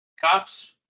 Cops